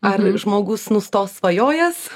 ar žmogus nustos svajojęs